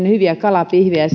hyviä kalapihvejä